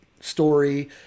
story